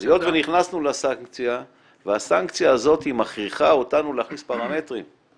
אז היות שנכנסנו לסנקציה הסנקציה הזו מכריחה אותנו להכניס פרמטרים,